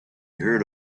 heard